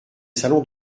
salon